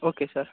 okay sir